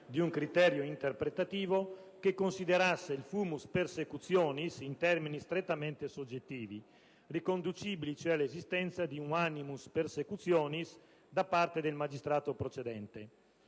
di un criterio interpretativo che considerasse il *fumus persecutionis* in termini strettamente soggettivi, riconducibili cioè all'esistenza di un *animus persecutionis* da parte del magistrato procedente.